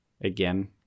again